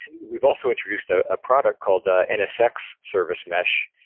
we've also introduced a ah product called the nsx service mesh,